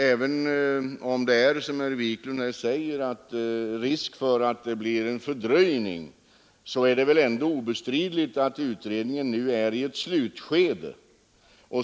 Även om det, som herr Wiklund i Stockholm här säger, är risk för att det blir en fördröjning är det ändå obestridligt att utredningen nu är i ett slutskede.